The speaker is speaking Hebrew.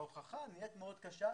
ההוכחה נהיית מאוד קשה.